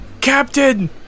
Captain